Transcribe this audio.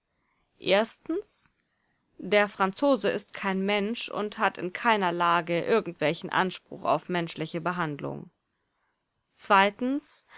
der franzose ist kein mensch und hat in keiner lage irgendwelchen anspruch auf menschliche behandlung